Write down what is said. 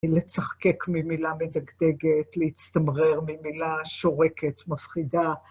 לצחקק ממילה מדגדגת, להצטמרר ממילה שורקת, מפחידה.